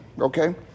okay